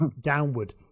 downward